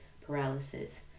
paralysis